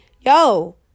Yo